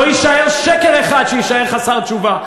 לא יישאר שקר אחד שיישאר חסר תשובה.